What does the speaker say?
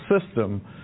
system